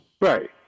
Right